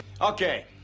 Okay